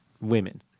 women